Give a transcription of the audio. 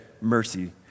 Mercy